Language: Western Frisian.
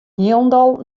hielendal